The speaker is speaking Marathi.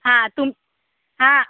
हा तुम हा